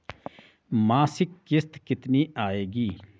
मासिक किश्त कितनी आएगी?